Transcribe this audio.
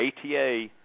ATA